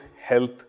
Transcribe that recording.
health